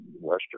Western